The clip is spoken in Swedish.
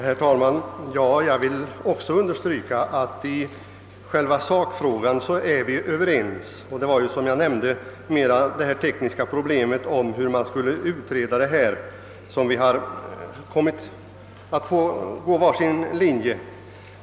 Herr talman! Jag vill också understryka att vi är överens i själva sakfrågan. Det är som jag nämnde enbart beträffande den tekniska frågan om hur man skulle utreda problemet som vi har kommit in på var sin linje.